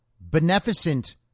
beneficent